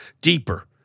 deeper